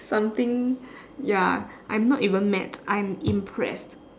something ya I'm not even mad I'm impressed